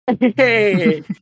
Hey